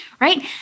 right